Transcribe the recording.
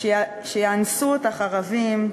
"שיאנסו אותך ערבים",